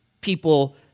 people